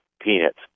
peanuts